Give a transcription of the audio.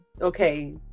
okay